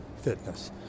fitness